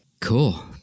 Cool